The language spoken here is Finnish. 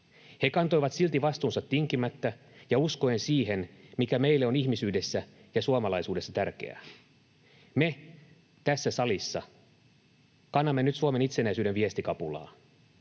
He kantoivat silti vastuunsa tinkimättä ja uskoen siihen, mikä meille on ihmisyydessä ja suomalaisuudessa tärkeää. Me tässä salissa kannamme nyt Suomen itsenäisyyden viestikapulaa.